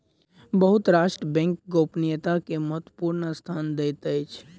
बहुत राष्ट्र बैंक गोपनीयता के महत्वपूर्ण स्थान दैत अछि